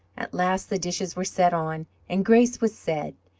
at last the dishes were set on and grace was said.